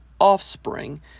offspring